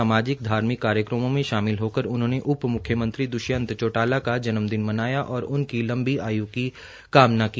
सामाजिक धार्मिक कार्यकमों में शामिल होकर उन्होंने उप मुख्यमंत्री दृष्यंत चौटाला का जन्म दिन मनाया और उनकी लंबी आयु की कामना की